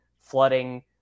flooding